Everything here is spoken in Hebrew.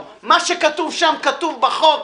מה שכתוב שם, כתוב בחוק.